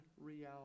reality